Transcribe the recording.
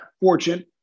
Fortune